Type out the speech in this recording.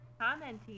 commenting